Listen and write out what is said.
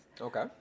Okay